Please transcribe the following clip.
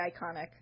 iconic